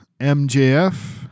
MJF